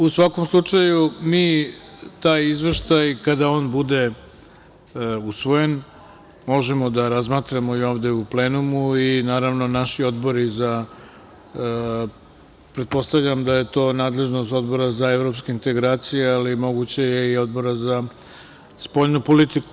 U svakom slučaju, mi taj izveštaj kada on bude usvojen možemo da razmatramo ovde u plenumu i naravno naši odbori, pretpostavljam da je to nadležnost Odbora za evropske integracije, ali moguće je i Odbora za spoljnu politiku.